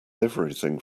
everything